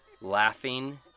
laughing